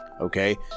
okay